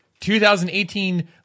2018